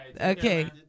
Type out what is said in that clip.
Okay